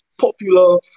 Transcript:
popular